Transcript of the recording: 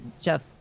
Jeff